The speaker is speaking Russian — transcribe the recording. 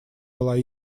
была